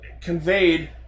conveyed